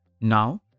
Now